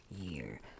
year